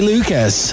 Lucas